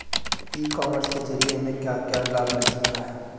ई commerce के ज़रिए हमें क्या क्या लाभ मिल सकता है?